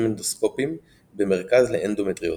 אנדוסקופיים במרכז לאנדומטריוזיס.